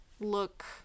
look